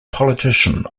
politician